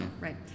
Right